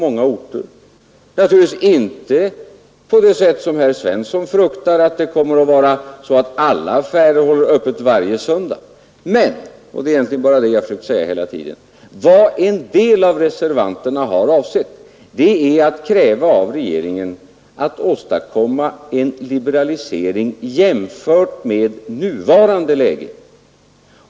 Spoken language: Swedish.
Vad en del av reservanterna har avsett — jag har försökt att säga det hela tiden — är att av regeringen kräva en liberalisering jämfört med nuvarande läge.